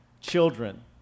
children